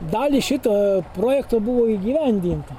dalį šito projekto buvo įgyvendinta